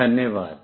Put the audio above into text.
धन्यवाद